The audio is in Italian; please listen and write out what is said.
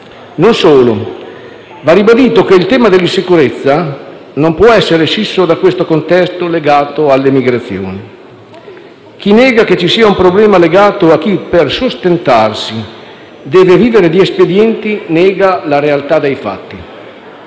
Non solo. Va ribadito che il tema della sicurezza non può essere scisso da questo contesto legato alle migrazioni. Chi nega che ci sia un problema legato a chi per sostentarsi deve vivere di espedienti nega la realtà dei fatti.